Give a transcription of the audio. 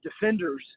defenders